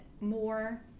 more